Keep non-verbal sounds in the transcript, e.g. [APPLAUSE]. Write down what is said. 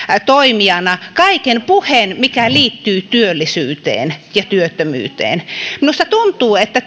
toimijana kaiken puheen mikä liittyy työllisyyteen ja työttömyyteen minusta tuntuu että [UNINTELLIGIBLE]